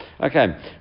Okay